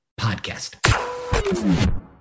Podcast